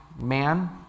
man